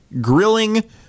grilling